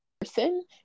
person